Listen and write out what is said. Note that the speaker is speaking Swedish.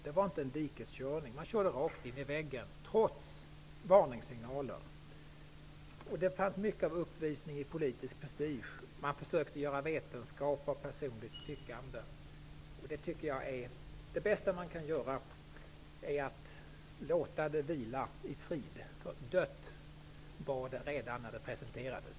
Det var inte en dikeskörning. Man körde rakt in i väggen, trots varningssignaler. Det fanns mycket av uppvisning i politisk prestige. Man försökte göra vetenskap av personligt tyckande. Det bästa vi kan göra är att låta förslaget vila i frid, för dött var det redan när det presenterades.